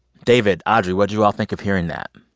david, audrey, what'd you all think of hearing that?